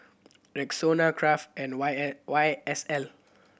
Rexona Kraft and Y Y S L